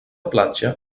platja